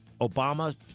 Obama